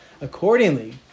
Accordingly